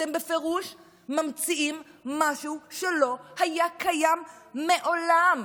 אתם בפירוש ממציאים משהו שלא היה קיים מעולם.